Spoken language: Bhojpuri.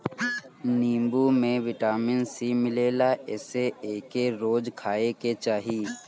नीबू में विटामिन सी मिलेला एसे एके रोज खाए के चाही